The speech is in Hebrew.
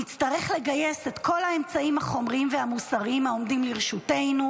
נצטרך לגייס את כל האמצעים החומריים והמוסריים העומדים לרשותנו,